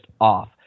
off